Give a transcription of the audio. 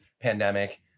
pandemic